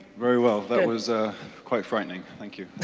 very well, that was a quite frightening, thank you.